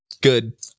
Good